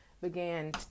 began